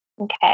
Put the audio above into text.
Okay